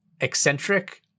eccentric